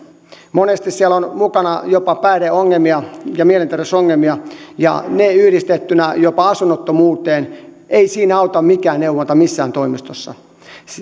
monesti siellä on mukana jopa päihdeongelmia ja mielenterveysongelmia ja ne yhdistettynä jopa asunnottomuuteen ei siinä auta mikään neuvonta missään toimistossa